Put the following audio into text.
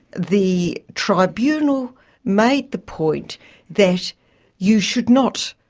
the tribunal made the point that you should not